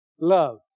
love